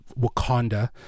Wakanda